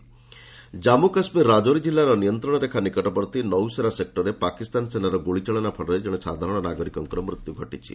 JK Pak Jammu Kashmir Rajouri ଜିଲ୍ଲାର ନିୟନ୍ତ୍ରଣରେଖା ନିକଟବର୍ତ୍ତୀ ନୌସେରା ସେକ୍ଟରରେ ପାକିସ୍ତାନ ସେନାର ଗୁଳିଚାଳନା ଫଳରେ ଜଣେ ସାଧାରଣ ନାଗରିକଙ୍କର ମୃତ୍ୟୁ ଘଟିଛି